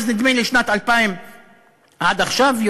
נדמה לי מאז שנת 2000 עד עכשיו,